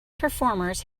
performers